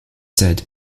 said